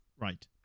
Right